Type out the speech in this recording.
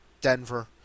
Denver